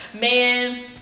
Man